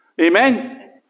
Amen